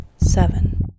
Seven